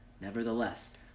Nevertheless